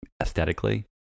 aesthetically